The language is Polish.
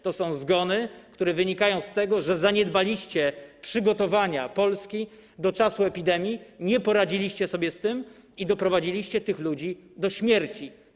To są zgony, które wynikają z tego, że zaniedbaliście przygotowania Polski do czasu epidemii, nie poradziliście sobie z tym i doprowadziliście tych ludzi do śmierci.